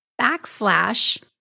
backslash